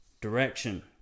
direction